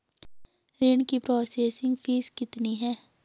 ऋण की processing fees कितनी है?